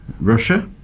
Russia